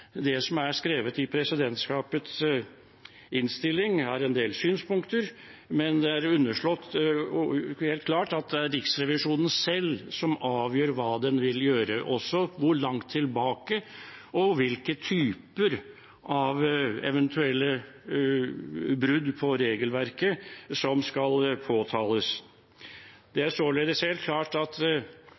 Det som er skrevet i presidentskapets innstilling, er en del synspunkter, men det er helt klart underforstått at det er Riksrevisjonen selv som avgjør hva den vil gjøre – også hvor langt tilbake og hvilke typer av eventuelle brudd på regelverket som skal påtales. Det er således helt klart at